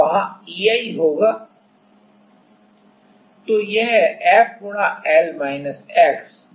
तो F गुणा L x EI